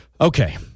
okay